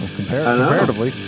comparatively